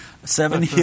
Seven